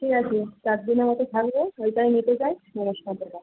ঠিক আছে চার দিনের মত থাকবো ওইটাই নিতে চাই নমস্কার দাদা